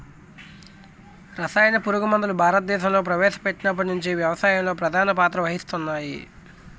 రసాయన పురుగుమందులు భారతదేశంలో ప్రవేశపెట్టినప్పటి నుండి వ్యవసాయంలో ప్రధాన పాత్ర వహిస్తున్నాయి